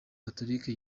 gatolika